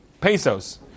pesos